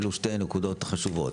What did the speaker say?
אלה שתי נקודות חשובות.